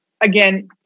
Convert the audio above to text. again